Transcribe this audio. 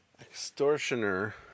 Extortioner